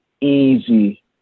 easy